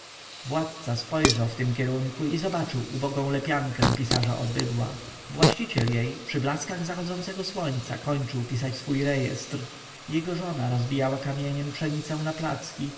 władca spojrzał w tym kierunku i zobaczył ubogą lepiankę pisarza od bydła właściciel jej przy blaskach zachodzącego słońca kończył pisać swój rejestr jego żona rozbijała kamieniem pszenicę na placki a